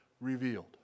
revealed